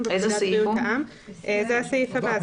זה הסעיף הבא,